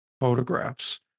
photographs